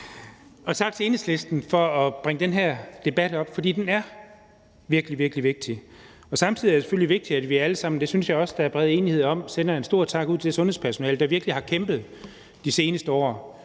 tak til Enhedslisten for at bringe den her debat op, for den er virkelig, virkelig vigtig. Samtidig er det selvfølgelig vigtigt, at vi alle sammen – det synes jeg også der er bred enighed om – sender en stor tak ud til sundhedspersonalet, der virkelig har kæmpet de seneste år